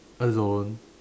alone